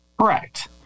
correct